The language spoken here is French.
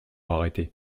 arrêter